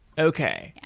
okay. yeah